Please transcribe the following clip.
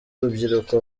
urubyiruko